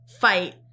fight